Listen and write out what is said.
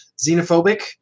xenophobic